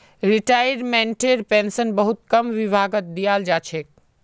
रिटायर्मेन्टटेर pension बहुत कम विभागत दियाल जा छेक